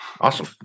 Awesome